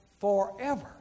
forever